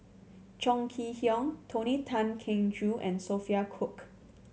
Chong Kee Hiong Tony Tan Keng Joo and Sophia Cooke